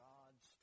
God's